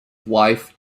wife